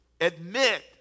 admit